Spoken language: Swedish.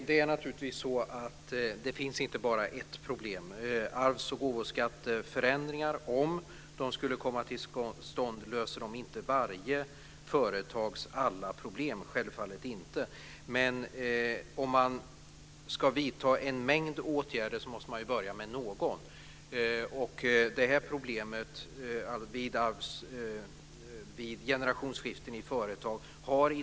Fru talman! Det finns inte bara ett problem. Om förändringar av arvs och gåvoskatt skulle komma till stånd löser det självfallet inte alla problem för företagen. Men om man ska vidta en mängd åtgärder måste man börja med någon. De skatterna har identifierats som ett problem vid generationsskifte i företag.